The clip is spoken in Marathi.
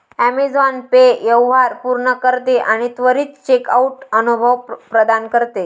ॲमेझॉन पे व्यवहार पूर्ण करते आणि त्वरित चेकआउट अनुभव प्रदान करते